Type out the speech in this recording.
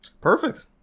Perfect